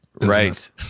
Right